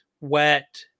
wet